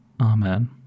Amen